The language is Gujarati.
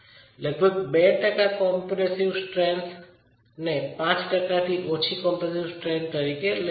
લગભગ 2 ટકા કોમ્પ્રેસિવ સ્ટ્રેન્થને 5 ટકાથી ઓછી કોમ્પ્રેસિવ સ્ટ્રેન્થ તરીકે લઈએ છીએ